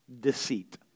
deceit